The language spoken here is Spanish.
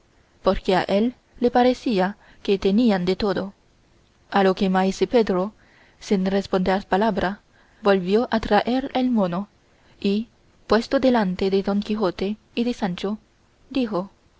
porque a él le parecía que tenían de todo a lo que maese pedro sin responder palabra volvió a traer el mono y puesto delante de don quijote y de sancho dijo